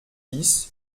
dix